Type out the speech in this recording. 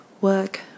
work